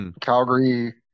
Calgary